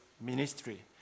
ministry